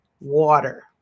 water